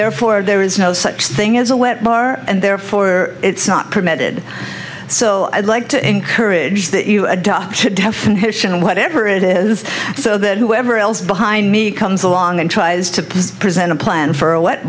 therefore there is no such thing as a wet bar and therefore it's not permitted so i'd like to encourage that you adopt a definition whatever it is so that whoever else behind me comes along and tries to present a plan for